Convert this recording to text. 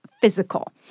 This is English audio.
physical